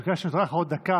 בגלל שנותרה לך עוד דקה,